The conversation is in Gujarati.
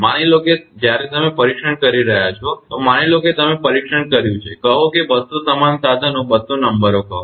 માની લો કે જ્યારે તમે પરીક્ષણ કરી રહ્યા છો તો માની લો કે તમે પરીક્ષણ કર્યું છે કહો કે 200 સમાન સાધનો 200 નંબરો કહો